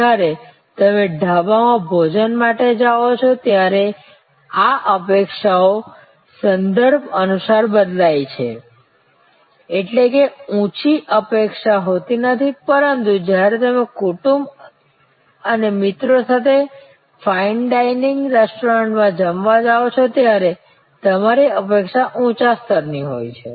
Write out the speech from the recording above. જ્યારે તમે ઢાબામાં ભોજન માટે જાઓ છો ત્યારે આ અપેક્ષાઓ સંદર્ભ અનુસાર બદલાય છે એટ્લે કે ઊંચી અપેક્ષા હોતી નથી પરતું જ્યારે તમે કુટુંબ અને મિત્રો સાથે ફાઇન ડાઇનિંગ રેસ્ટોરન્ટમાં જમવા જાઓ છો ત્યારે તમારી અપેક્ષા ઊંચા સ્તર ની હોય છે